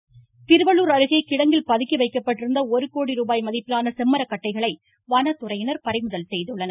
செம்மரக்கட்டை திருவள்ளூர் அருகே கிடங்கில் பதுக்கி வைக்கப்பட்டிருந்த ஒரு கோடி ரூபாய் மதிப்பிலான செம்மரக்கட்டைகளை வனத்துறையினர் பறிமுதல் செய்தனர்